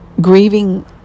grieving